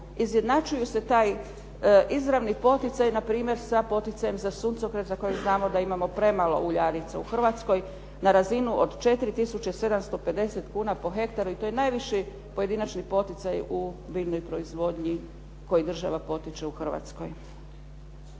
izjednačuju se taj izravni poticaji npr. sa poticajem za suncokret za kojeg znamo da imamo premalo uljarica u Hrvatskoj na razinu od 4 750 kuna po hektaru i to je najviši pojedinačni poticaj u biljnoj proizvodnji koji država potiče u Hrvatskoj.